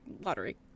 lottery